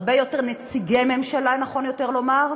הרבה יותר נציגי ממשלה, נכון יותר לומר,